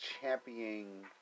championing